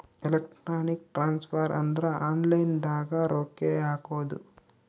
electronic transfer ಅಂದ್ರ online ದಾಗ ರೊಕ್ಕ ಹಾಕೋದು